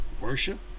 Worship